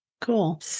cool